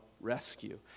rescue